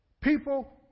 People